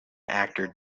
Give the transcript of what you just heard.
actor